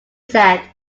said